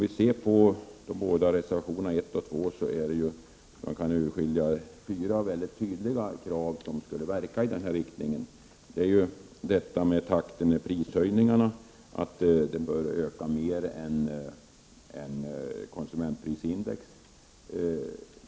I reservationerna 1 och 2 kan man urskilja fyra mycket tydliga krav som skulle verka i denna riktning. Bl.a. föreslås att prishöjningarna på alkohol bör öka mer än konsumentprisindex.